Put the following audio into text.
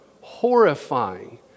Horrifying